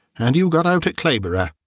and you got out at clayborough.